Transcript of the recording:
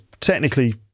technically